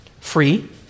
free